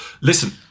Listen